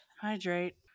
hydrate